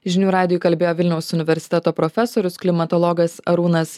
žinių radijui kalbėjo vilniaus universiteto profesorius klimatologas arūnas